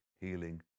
healing